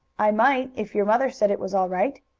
i might, if your mother said it was all right.